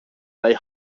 they